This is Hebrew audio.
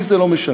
לי זה לא משנה.